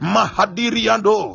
Mahadiriando